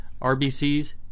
RBCs